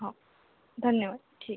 हो धन्यवाद ठीक